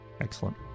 Excellent